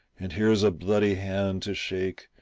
and here's a bloody hand to shake,